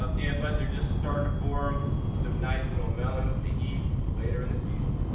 ah and but they're just starting to form some nice little melons to eat later in the season.